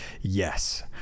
yes